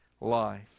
life